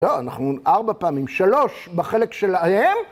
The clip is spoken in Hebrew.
‫לא, אנחנו ארבע פעמים, ‫שלוש בחלק שלהם...